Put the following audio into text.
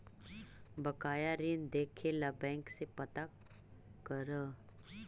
बकाया ऋण देखे ला बैंक से पता करअ